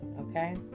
okay